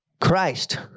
Christ